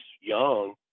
Young